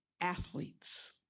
athletes